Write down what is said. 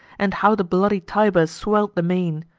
and how the bloody tiber swell'd the main.